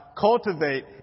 cultivate